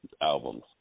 albums